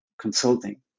consulting